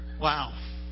Wow